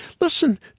listen